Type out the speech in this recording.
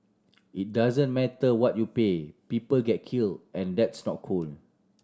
it doesn't matter what you pay people get killed and that's not cool